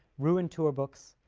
ruined tour-books,